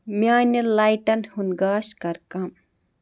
میانہِ لایٹَن ہُنٛد گاش کَر کم